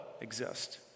exist